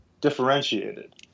differentiated